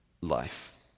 life